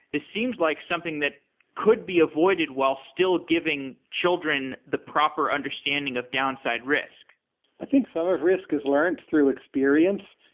this seems like something that could be avoided while still giving children the proper understanding of downside risk i think some risk is learned through experience.